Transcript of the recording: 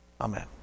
Amen